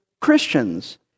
Christians